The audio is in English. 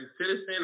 citizen